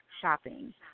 shopping